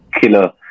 killer